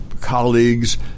colleagues